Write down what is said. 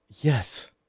Yes